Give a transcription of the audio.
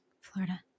Florida